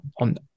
on